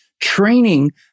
training